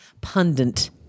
pundit